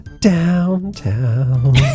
downtown